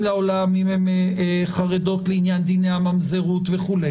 לעולם אם הן חרדות לעניין דיני הממזרות וכו',